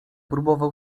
próbował